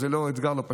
וזה אתגר לא פשוט.